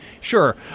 Sure